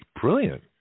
Brilliant